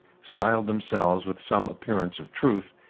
styled themselves, with some appearance of truth,